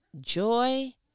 joy